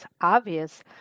obvious